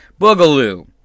Boogaloo